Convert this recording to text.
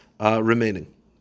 remaining